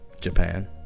Japan